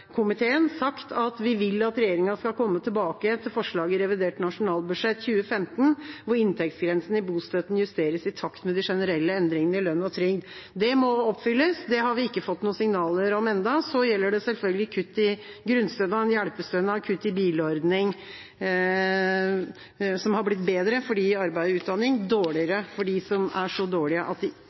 sagt at vi vil at regjeringa skal komme tilbake til forslaget i revidert nasjonalbudsjett 2015, hvor inntektsgrensen i bostøtten justeres i takt med de generelle endringene i lønn og trygd. Det må oppfylles. Det har vi ikke fått noen signaler om ennå. Det gjelder selvfølgelig også kutt i grunnstønad, hjelpestønad, kutt i bilordning, som har blitt bedre for dem som er i arbeid eller utdanning, men dårligere for dem som er så dårlige at